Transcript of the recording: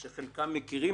שחלקם מכירים את זה,